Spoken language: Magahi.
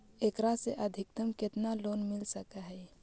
एकरा से अधिकतम केतना लोन मिल सक हइ?